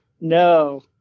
No